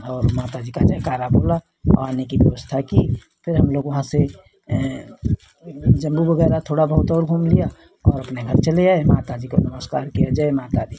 और माता जी का जयकारा बोला और आने की व्यवस्था की फिर हम लोग वहाँ से जम्मू वगैरह थोड़ा बहुत और घूम लिया और अपने घर चले आए माता जी को नमस्कार किया जय माता दी